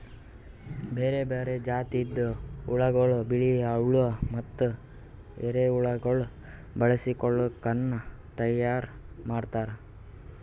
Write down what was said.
ಬೇರೆ ಬೇರೆ ಜಾತಿದ್ ಹುಳಗೊಳ್, ಬಿಳಿ ಹುಳ ಮತ್ತ ಎರೆಹುಳಗೊಳ್ ಬಳಸಿ ಕೊಳುಕನ್ನ ತೈಯಾರ್ ಮಾಡ್ತಾರ್